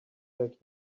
back